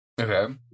Okay